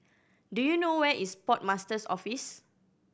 do you know where is Port Master's Office